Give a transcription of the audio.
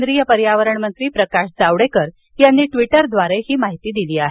केंद्रीय पर्यावरण मंत्री प्रकाश जावडेकर यांनी ट्वीटरवर ही माहिती दिली आहे